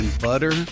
butter